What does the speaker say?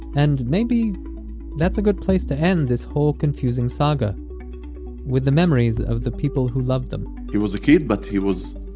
and maybe that's a good place to end this whole confusing saga with the memories of the people who loved them he was a kid, but he was,